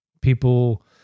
people